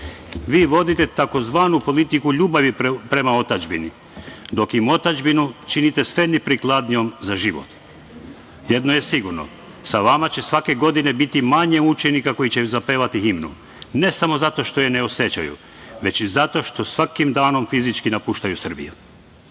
vodite tzv. politiku ljubavi prema otadžbini, dok im otadžbinu činite sve neprikladnijom za život. Jedno je sigurno – sa vama će svake godine biti manje učenika koji će zapevati himnu, ne samo zato što je ne osećaju, već i zato što svakim danom fizički napuštaju Srbiju.